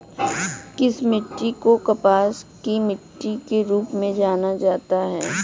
किस मिट्टी को कपास की मिट्टी के रूप में जाना जाता है?